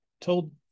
told